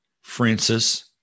Francis